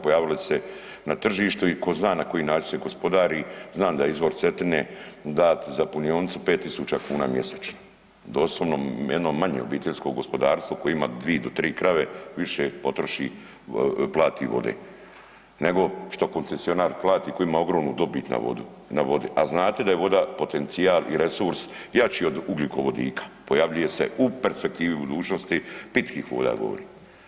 Pojavile su se na tržištu i tko za na k oji način se gospodari, znam da je izvor Cetine dat za punionica 5.000 kuna mjesečno, doslovno jedno manje obiteljsko gospodarstvo koje ima dvi do tri krave više plati vode nego što koncesionar plati koji ima ogromnu dobit na vodi, a znate da je voda potencijal i resurs jači od ugljikovodika, pojavljuje se u perspektivi budućnosti, pitkih voda govorim.